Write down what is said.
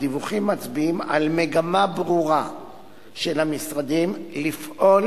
הדיווחים מצביעים על מגמה ברורה של המשרדים לפעול